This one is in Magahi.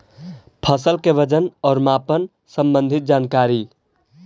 फसल के वजन और मापन संबंधी जनकारी?